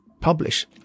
publish